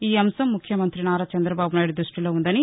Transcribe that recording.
ఈ అంశం ముఖ్యమంత్రి నారా చంద్రబాబునాయుడు ద్బష్టిలో ఉందని